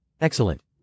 Excellent